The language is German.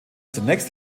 zunächst